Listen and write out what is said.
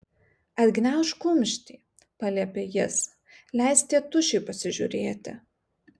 atgniaužk kumštį paliepė jis leisk tėtušiui pasižiūrėti